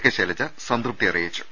K Shailaja സംതൃപ്തി അറിയിച്ചു